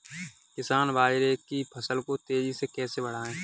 किसान बाजरे की फसल को तेजी से कैसे बढ़ाएँ?